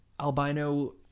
albino